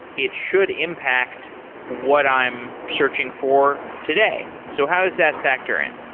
it should impact what i'm searching for today. so how does that factor in?